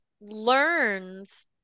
learns